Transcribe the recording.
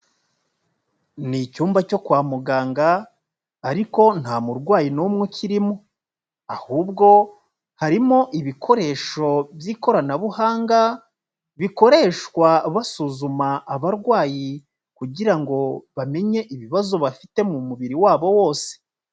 Ni icyumba cyo kwa muganga, ariko nta murwayi n'umwe ukirimo, ahubwo harimo ibikoresho by'ikoranabuhanga, bikoreshwa basuzuma abarwayi, kugira ngo bamenye ibibazo bafite mu mubiri wabo wose.